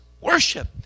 worship